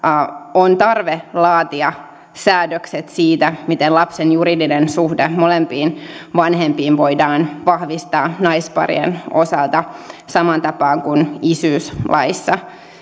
on tarve laatia säädökset siitä miten lapsen juridinen suhde molempiin vanhempiin voidaan vahvistaa naisparien osalta samaan tapaan kuin isyyslaissa